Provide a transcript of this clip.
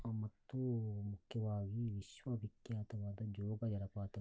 ಮತ್ತು ಮುಖ್ಯವಾಗಿ ವಿಶ್ವ ವಿಖ್ಯಾತವಾದ ಜೋಗ ಜಲಪಾತವು